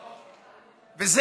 עכשיו,